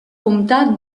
comtat